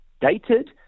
dated